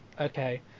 okay